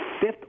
fifth